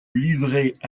livret